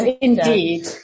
indeed